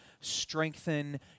strengthen